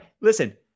Listen